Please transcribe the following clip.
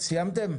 סיימתם?